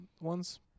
ones